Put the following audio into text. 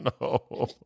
no